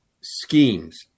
schemes